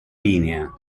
linea